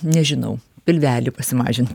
nežinau pilvelį pasimažint